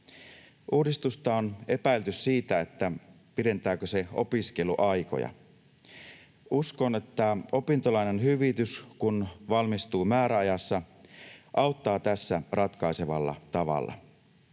Uudistusta on epäilty siitä, että pidentääkö se opiskeluaikoja. Uskon, että opintolainan hyvitys — kun opiskelija valmistuu määräajassa — auttaa tässä ratkaisevalla tavalla.